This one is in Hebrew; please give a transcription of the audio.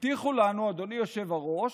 הבטיחו לנו, אדוני היושב-ראש,